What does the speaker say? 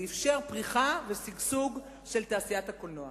הוא אפשר פריחה ושגשוג של תעשיית הקולנוע.